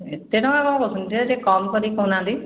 ଏତେ ଟଙ୍କା କ'ଣ କହୁଛନ୍ତି ଯେ ଟିକେ କମ୍ କରି କହୁନାହାଁନ୍ତି